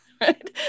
right